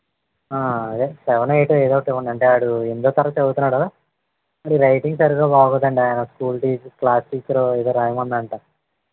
ఆ సెవనో ఎయిటో ఏదో ఒకటి ఇవ్వండి అంటే వాడు ఎనిమిదో తరగతి చదవుతున్నాడు రైటింగ్ సరిగా బాగుండదండి ఆ స్కూల్ టీచరు క్లాస్ టీచరు ఏదో రాయమంది అట